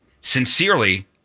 sincerely